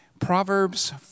Proverbs